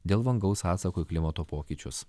dėl vangaus atsako į klimato pokyčius